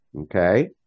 Okay